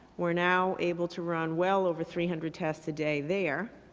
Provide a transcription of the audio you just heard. we're now able to run well over three hundred tests a day there,